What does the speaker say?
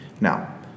Now